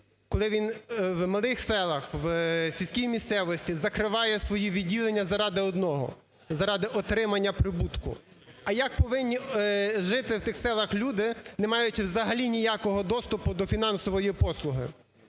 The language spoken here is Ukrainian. селах, в сільській місцевості закриває свої відділення заради одного – заради отримання прибутку. А як повинні жити в тих селах люди, не маючи взагалі ніякого доступу до фінансової послуги?